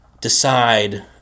decide